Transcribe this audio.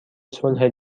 صلح